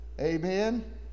Amen